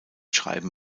schreiben